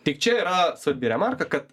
tik čia yra svarbi remarka kad